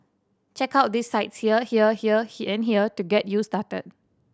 check out these sites here here here and here to get you started